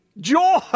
Joy